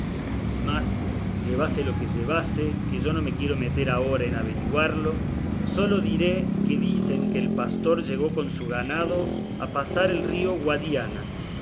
mas llevase lo que llevase que yo no me quiero meter ahora en averiguallo sólo diré que dicen que el pastor llegó con su ganado a pasar el río guadiana